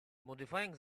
modifying